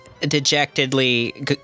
dejectedly